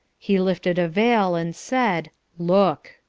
he lifted a veil and said, look!